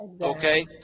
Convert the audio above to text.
okay